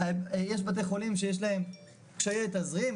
יש בתי חולים שיש להם קשיי תזרים,